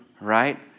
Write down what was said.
right